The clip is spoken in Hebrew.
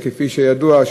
כפי שידוע,